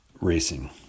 racing